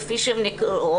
כפי שהן נקראות,